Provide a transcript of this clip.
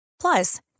Plus